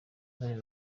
bariya